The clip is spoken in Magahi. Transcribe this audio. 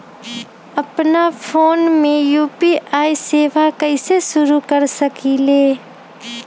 अपना फ़ोन मे यू.पी.आई सेवा कईसे शुरू कर सकीले?